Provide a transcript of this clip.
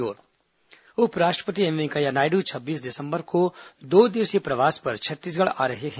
उपराष्ट्रपति प्रवास उपराष्ट्रपति एम वेंकैया नायडू छब्बीस दिसंबर को दो दिवसीय प्रवास पर छत्तीसगढ़ आ रहे हैं